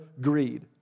greed